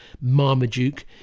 Marmaduke